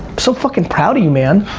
so fuckin' proud of you, man.